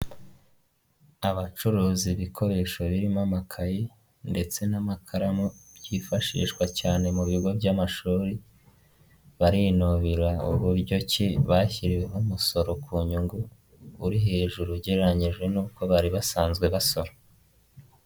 Abacuruza ibikoresho birimo amakayi ndetse n'amakaramu, byifashishwa cyane cyane mu bigo by'amashuri, barinubira uburyo ki bashyiriweho umusoro ku nyungu uri hejuru, ugereranyije n'uko bari basanzwe basora.